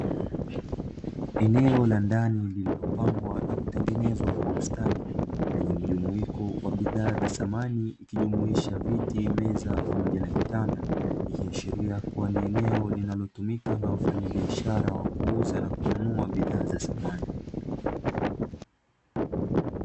Eneo la ndani lililopambwa na kutengenezwa kwa ustadi, lenye mjumuiko wa bidhaa za samani, ikijumuisha; viti, meza pamoja na kitanda. Ikiashiria kuwa ni eneo linalotumika na wafanyabiashara wa kuuza na kununua bidhaa za samani.